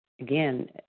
again